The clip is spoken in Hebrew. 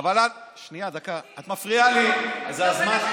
מחר הילדים שלך ירצו להתחתן עם מישהו שלא מגויר וירצו גיור.